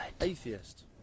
Atheist